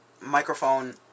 microphone